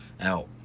out